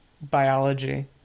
biology